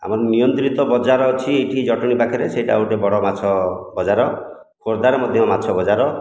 ଆମ ନିୟନ୍ତ୍ରିତ ବଜାର ଅଛି ଏଠି ଜଟଣୀ ପାଖରେ ସେହିଟା ଗୋଟିଏ ବଡ଼ ମାଛ ବଜାର ଖୋର୍ଦ୍ଧାରେ ମଧ୍ୟ ମାଛ ବଜାର